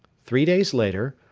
three days later,